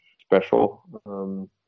special